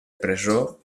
presó